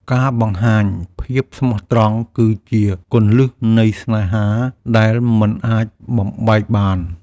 ការបង្ហាញភាពស្មោះត្រង់គឺជាគន្លឹះនៃស្នេហាដែលមិនអាចបំបែកបាន។